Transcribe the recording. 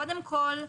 קודם כל,